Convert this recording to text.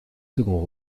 seconds